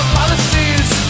policies